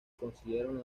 consiguieron